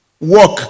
work